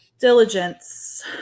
Diligence